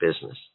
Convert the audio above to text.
business